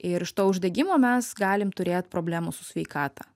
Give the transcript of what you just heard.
ir iš to uždegimo mes galim turėt problemų su sveikata